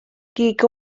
gig